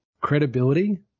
credibility